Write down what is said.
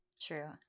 True